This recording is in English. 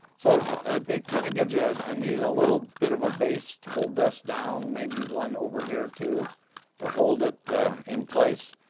so it kinda gives you, i needed a little bit of a base to hold this down. maybe one over here too to hold it in place.